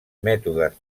mètodes